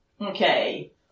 Okay